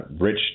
rich